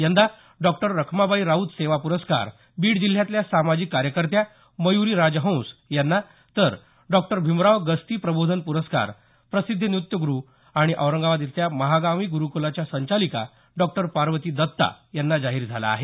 यंदा डॉक्टर रखमाबाई राऊत सेवा प्रस्कार बीड जिल्ह्यातल्या सामाजिक कार्यकर्त्या मयुरी राजहंस यांना तर डॉक्टर भीमराव गस्ती प्रबोधन प्रस्कार प्रसित्र नृत्यगुरु आणि औरंगाबाद इथल्या महागामी गुरुकुलाच्या संचालक डॉ पार्वती दत्ता यांना जाहीर झाला आहे